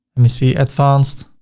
let me see advanced,